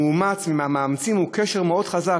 המאומץ עם המאמצים הוא קשר מאוד חזק,